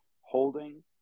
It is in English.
holding